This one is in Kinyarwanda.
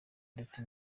ndetse